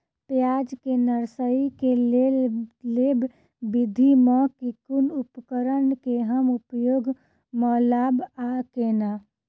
प्याज केँ नर्सरी केँ लेल लेव विधि म केँ कुन उपकरण केँ हम उपयोग म लाब आ केना?